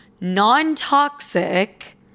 non-toxic